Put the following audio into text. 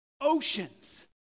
oceans